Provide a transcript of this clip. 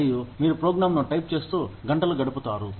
మరియు మీరు ప్రోగ్రామ్ను టైప్ చేస్తూ గంటలు గడుపుతారు